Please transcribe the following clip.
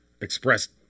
expressed